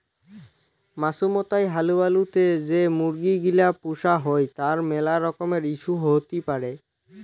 মাছুমৌতাই হালুবালু তে যে মুরগি গিলা পুষা হই তার মেলা রকমের ইস্যু হতি পারে